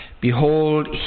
behold